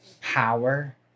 power